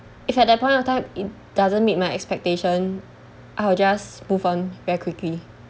if at that point of time it doesn't meet my expectation I'll just move on very quickly